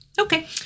Okay